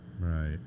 Right